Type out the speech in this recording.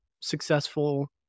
successful